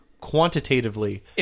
quantitatively